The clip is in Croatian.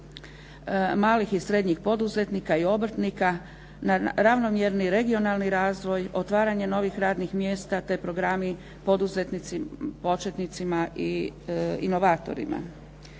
malih i srednjih poduzetnika i obrtnika na ravnomjerni regionalni razvoj, otvaranje novih radnih mjesta te programi početnicima i inovatorima.